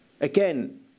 Again